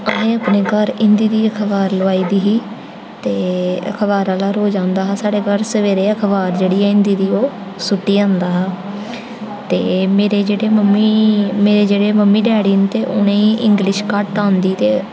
असें अपने घर हिन्दी दी अखबार लोआई दी ही ते अखबारा आह्ला रोज आंदा हा साढ़े घर सबैह्रे अखबार जेह्ड़ी हिंदी दी ओह् सुट्टी जंदा हा ते मेरे जेह्ड़े मम्मी मेरे जेह्ड़े मम्मी डैडी न उ'नें गी इंग्लिश घट्ट आंदी ते